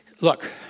Look